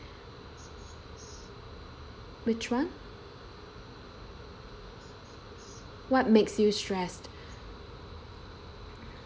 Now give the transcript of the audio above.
which one what makes you stressed